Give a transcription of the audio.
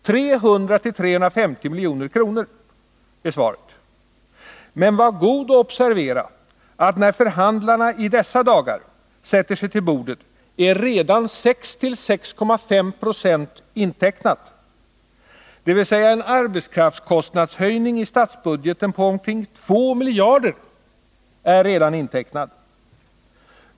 300-350 milj.kr. är svaret. Men var god observera att när förhandlarna i dessa dagar sätter sig till bordet är redan 6-6,5 9e intecknade. Dvs. en arbetskraftskostnadshöjning i statsbudgeten på omkring 2 miljarder är redan intecknad.